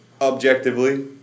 objectively